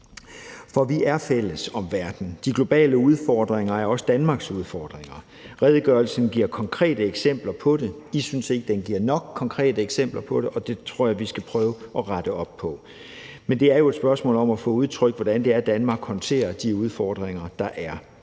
For vi er fælles om verden. De globale udfordringer er også Danmarks udfordringer. Redegørelsen giver konkrete eksempler på det. I synes ikke, den giver nok konkrete eksempler på det, og det tror jeg vi skal prøve at rette op på. Men det er jo et spørgsmål om at få udtrykt, hvordan Danmark håndterer de udfordringer, der er.